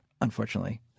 Unfortunately